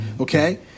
Okay